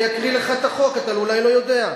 אני אקריא לך את החוק, אתה אולי לא יודע: